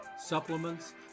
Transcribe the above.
supplements